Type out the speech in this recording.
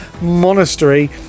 monastery